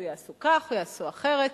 או יעשו כך או יעשו אחרת,